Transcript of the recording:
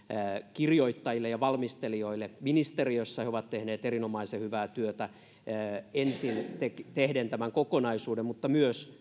kirjoittajille ja valmistelijoille ministeriössä he ovat tehneet erinomaisen hyvää työtä tehden ensin tämän kokonaisuuden ja sitten myös